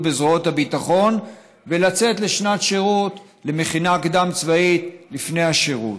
בזרועות הביטחון ולצאת למכינה קדם-צבאית לפני השירות.